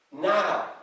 now